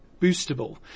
boostable